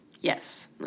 yes